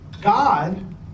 God